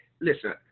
listen